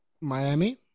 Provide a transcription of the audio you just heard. miami